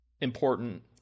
important